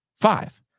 Five